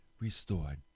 restored